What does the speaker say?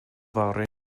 fory